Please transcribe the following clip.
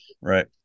Right